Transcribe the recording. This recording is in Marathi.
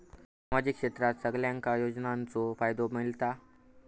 सामाजिक क्षेत्रात सगल्यांका योजनाचो फायदो मेलता?